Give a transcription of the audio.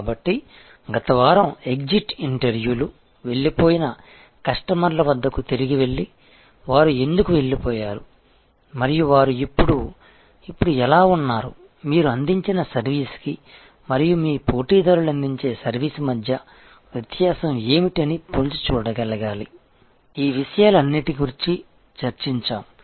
కాబట్టి గత వారం ఎగ్జిట్ ఇంటర్వ్యూలు వెళ్ళిపోయిన కస్టమర్ల వద్దకు తిరిగి వెళ్లి వారు ఎందుకు వెళ్లిపోయారు మరియు వారు ఇప్పుడు ఇప్పుడు ఎలా ఉన్నారు మీ అందించిన సర్వీస్ కి మరియు మీ పోటీదారులు అందించే సర్వీస్ మధ్య వ్యత్యాసం ఏమిటి అని పోల్చి చూడగలగాలి ఈ విషయాలు అన్నిటి గురించి చర్చించాము